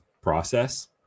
process